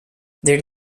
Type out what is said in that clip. their